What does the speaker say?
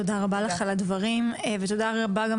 תודה רבה לך על הדברים ועל העשייה